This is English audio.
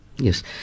Yes